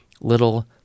little